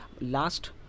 Last